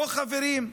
לא חברים,